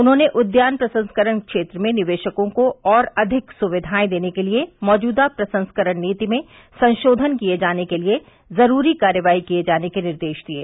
उन्होंने उद्यान प्रसंस्करण क्षेत्र में निवेशकों को और अधिक सुविधाये देने के लिये मौजूदा प्रसंस्करण नीति में संशोधन किये जाने के लिये जूरी कार्रवाई किये जाने के निर्देश दिये